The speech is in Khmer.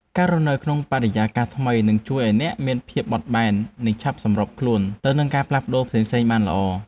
ការរស់នៅក្នុងបរិយាកាសថ្មីនឹងជួយឱ្យអ្នកមានភាពបត់បែននិងឆាប់សម្របខ្លួនទៅនឹងការផ្លាស់ប្តូរផ្សេងៗបានល្អ។